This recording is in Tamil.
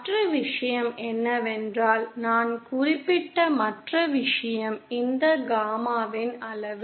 மற்ற விஷயம் என்னவென்றால் நான் குறிப்பிட்ட மற்ற விஷயம் இந்த காமாவின் அளவு